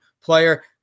player